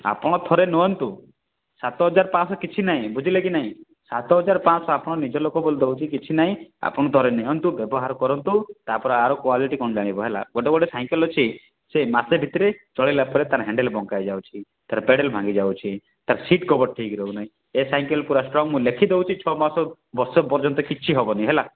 ଆପଣ ଥରେ ନିଅନ୍ତୁ ସାତ ହଜାର ପାଞ୍ଚ କିଛି ନାଇଁ ବୁଝିଲେକି ନାଇଁ ସାତ ହଜାର ପାଞ୍ଚ ଆପଣ ନିଜ ଲୋକ ବୋଲି ଦଉଛି କିଛିନାହିଁ ଆପଣ ଧରିନିଅନ୍ତୁ ବ୍ୟବହାର କରନ୍ତୁ ତା'ପରେ ଆର କ୍ୱାଲିଟି କ'ଣ ଜାଣିବ ହେଲା ଗୋଟେ ଗୋଟେ ସାଇକେଲ ଅଛି ସେ ମାସେ ଭିତରେ ଚଳାଇଲା ପରେ ତା'ର ହାଣ୍ଡେଲ୍ ବଙ୍କା ହେଇଯାଉଛି ତା'ର ପେଡ଼ାଲ୍ ଭାଙ୍ଗି ଯାଉଛି ତା'ର ସିଟ୍ କଭର୍ ଠିକ୍ ରହୁ ନାହିଁ ଏ ସାଇକେଲ ପୁରା ଷ୍ଟ୍ରଙ୍ଗ ମୁଁ ଲେଖିଦେଉଛି ଛଅ ମାସ ବର୍ଷ ପାଯ୍ୟନ୍ତ କିଛି ହବନି ହେଲା